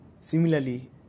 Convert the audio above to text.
similarly